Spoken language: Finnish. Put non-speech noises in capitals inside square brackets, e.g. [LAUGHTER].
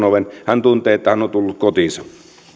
[UNINTELLIGIBLE] oven tuntee että hän on tullut kotiinsa